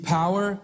power